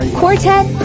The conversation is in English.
Quartet